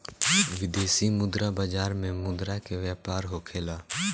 विदेशी मुद्रा बाजार में मुद्रा के व्यापार होखेला